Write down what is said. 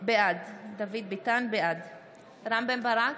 בעד רם בן ברק,